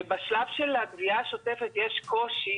בשלב של הגבייה השוטפת יש קושי,